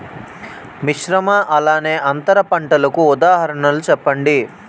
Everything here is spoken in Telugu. మిశ్రమ అలానే అంతర పంటలకు ఉదాహరణ చెప్పండి?